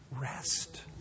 rest